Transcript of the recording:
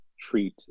treat